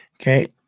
Okay